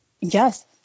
Yes